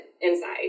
inside